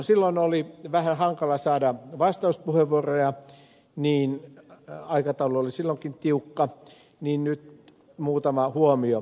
silloin oli vähän hankala saada vastauspuheenvuoroja aikataulu oli silloinkin tiukka niin nyt muutama huomio